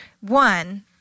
one